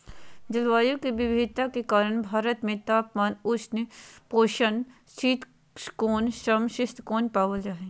जलवायु के विविधता के कारण भारत में तापमान, उष्ण उपोष्ण शीतोष्ण, सम शीतोष्ण पावल जा हई